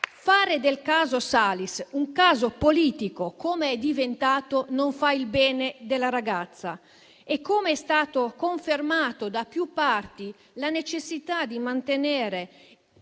Fare del caso Salis un caso politico, come è diventato, non fa il bene della ragazza e - come è stato confermato da più parti - la necessità di mantenere